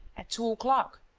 at two o'clock.